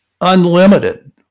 unlimited